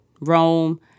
Rome